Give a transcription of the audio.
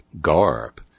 garb